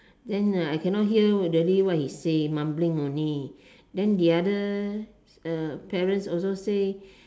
then I cannot hear really what he say mumbling only then the other parents also say